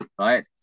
right